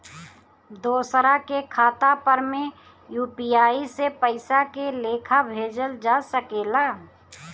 दोसरा के खाता पर में यू.पी.आई से पइसा के लेखाँ भेजल जा सके ला?